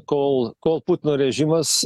kol kol putino režimas